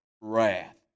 wrath